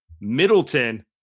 Middleton